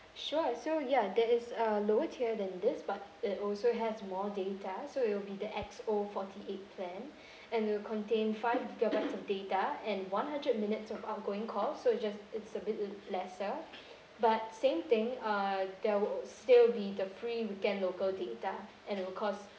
sure so ya that is a lower tier than this but it also has more data so it will be the X_O forty eight plan and it'll contain five gigabytes of data and one hundred minutes of outgoing calls so it just it's a bit l~ lesser but same thing uh there would oo still be the free weekend local data and it will cost